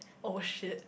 oh shit